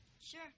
Sure